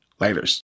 Laters